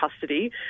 custody